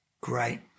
Great